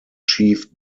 chief